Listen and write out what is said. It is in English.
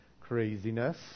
Craziness